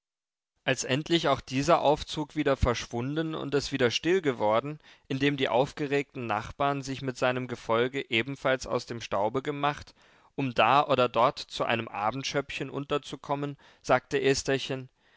als endlich auch dieser aufzug wieder verschwunden und es wieder still geworden indem die aufgeregten nachbarn sich mit seinem gefolge ebenfalls aus dem staube gemacht um da oder dort zu einem abendschöppchen unterzukommen sagte